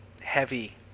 heavy